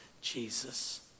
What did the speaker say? Jesus